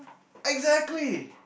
exactly